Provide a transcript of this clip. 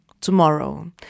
tomorrow